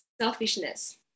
selfishness